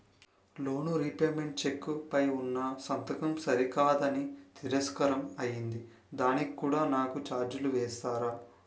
Loan repayment cheque పై ఉన్నా సంతకం సరికాదు అని తిరస్కారం అయ్యింది దానికి కూడా నాకు ఛార్జీలు వేస్తారా?